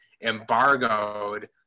embargoed